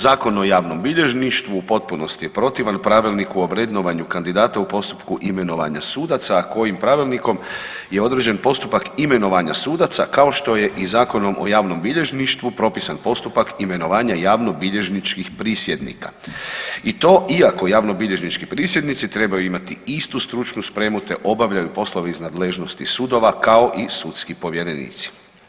Zakon o javnom bilježništvu u potpunosti je protivan Pravilniku o vrednovanju kandidata u postupku imenovanja sudaca, a kojim pravilnikom je određen postupak imenovanja sudaca, kao što je i Zakonom o javnom bilježništvu propisan postupak imenovanja javnobilježničkim prisjednika i to iako javnobilježnički prisjednici trebaju imati istu stručnu spremu, te obavljaju poslove iz nadležnosti sudova, kao i sudski povjerenici.